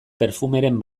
perfumeren